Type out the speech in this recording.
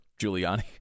Giuliani